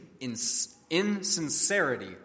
insincerity